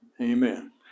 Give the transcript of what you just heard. Amen